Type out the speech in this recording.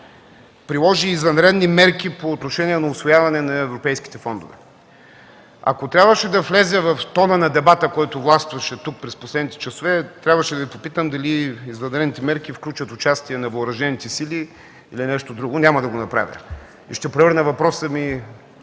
приложи извънредни мерки по отношение на усвояване на европейските фондове, ако трябваше да вляза в тона на дебата, който властваше тук през последните часове, трябваше да Ви попитам дали извънредните мерки включват участие на Въоръжените сили или нещо друго. Няма да го направя и ще превърна въпроса ми